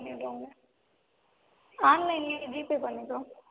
பண்ணி விட்டோங்க ஆன்லைன்லையே ஜிபே பண்ணிக்கிறோம்